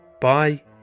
bye